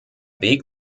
weg